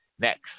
Next